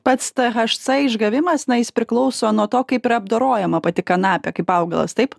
pats tė haš cė išgavimas na jis priklauso nuo to kaip yra apdorojama pati kanapė kaip augalas taip